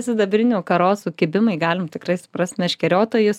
sidabrinių karosų kibimai galim tikrai suprast meškeriotojus